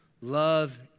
Love